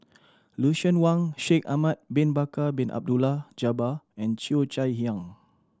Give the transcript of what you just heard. Lucien Wang Shaikh Ahmad Bin Bakar Bin Abdullah Jabbar and Cheo Chai Hiang